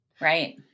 Right